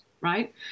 right